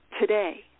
today